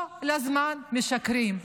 כל הזמן משקרים.